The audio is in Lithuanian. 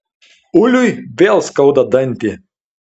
uliui vėl skauda dantį